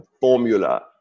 formula